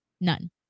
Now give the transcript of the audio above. None